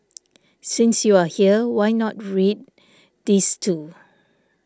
since you are here why not read these too